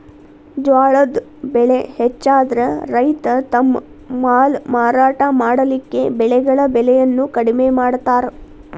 ಜ್ವಾಳದ್ ಬೆಳೆ ಹೆಚ್ಚಾದ್ರ ರೈತ ತಮ್ಮ ಮಾಲ್ ಮಾರಾಟ ಮಾಡಲಿಕ್ಕೆ ಬೆಳೆಗಳ ಬೆಲೆಯನ್ನು ಕಡಿಮೆ ಮಾಡತಾರ್